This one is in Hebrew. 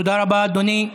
תודה רבה, אדוני.